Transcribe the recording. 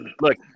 look